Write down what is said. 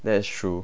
that's true